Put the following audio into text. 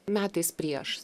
metais prieš